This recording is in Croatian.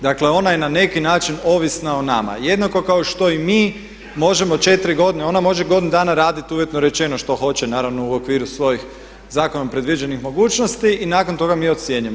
Dakle, ona je na neki način ovisna o nama, jednako kao što i mi možemo četiri godine, ona može godinu dana raditi uvjetno rečeno što hoće naravno u okviru svojih zakonom predviđenih mogućnosti i nakon toga mi ocjenjujemo.